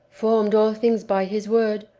formed all things by his word,